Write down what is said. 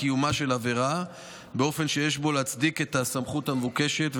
קיומה של עבירה באופן שיש בו להצדיק את הסמכות המבוקשת,